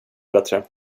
bättre